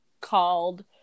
called